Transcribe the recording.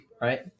Right